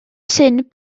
syn